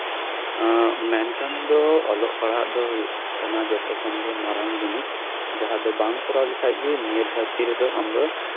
ᱢᱮᱱᱠᱷᱟᱱ ᱫᱚ ᱚᱞᱚᱜ ᱯᱟᱲᱦᱟᱜ ᱫᱚ ᱦᱩᱭᱩᱜ ᱠᱟᱱᱟ ᱡᱚᱛᱚ ᱠᱷᱚᱱ ᱫᱚ ᱢᱟᱨᱟᱝ ᱡᱤᱱᱤᱥ ᱡᱟᱸᱦᱟ ᱫᱚ ᱵᱟᱢ ᱠᱚᱨᱟᱣ ᱞᱮᱠᱷᱟᱱ ᱱᱤᱭᱟᱹ ᱫᱷᱟᱹᱨᱛᱤ ᱨᱮᱫᱚ ᱟᱢᱫᱚ